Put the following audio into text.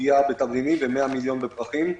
פגיעה בתבלינים וכ-100 מיליון פגיעה בפרחים.